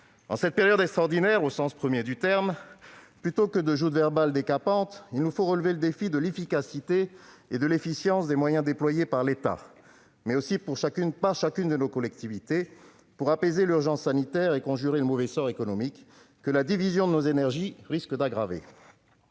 En cette période extraordinaire, au sens premier du terme, plutôt que de joutes verbales décapantes, il nous faut relever le défi de l'efficacité et de l'efficience des moyens déployés par l'État et par chacune de nos collectivités, pour apaiser l'urgence sanitaire et conjurer le mauvais sort économique, que la division de nos énergies risque d'aggraver.